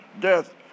death